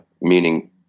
meaning